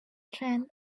trend